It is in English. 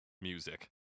music